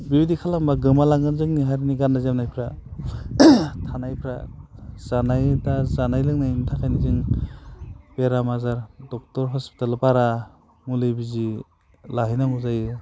बेबायदि खालामब्ला गोमा लांगोन जोंनि हारिनि गाननाय जोमनायफ्रा थानायफ्रा जानाय दा जानाय लोंनायनि थाखायनो जों बेराम आजार ड'क्टर हस्पिटाल बारा मुलि बिजि लाहैनांगौ जायो